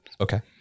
Okay